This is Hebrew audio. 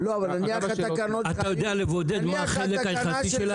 --- אתה יודע לבודד מה החלק היחסי שלהם?